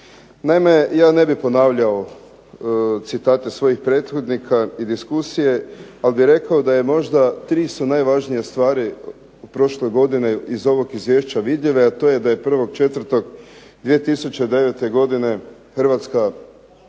Naime, ja ne bih ponavljao citate svojih prethodnika i diskusije, ali bih rekao da je možda 3 su najvažnije stvari od prošle godine iz ovog izvješća vidljive, a to je da je 01.04.2009. godine Hrvatska